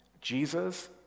Jesus